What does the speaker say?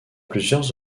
plusieurs